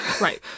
right